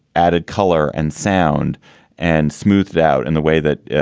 added color and sound and smoothed out in the way that